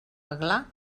aglà